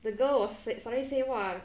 the girl was suddenly say !wah!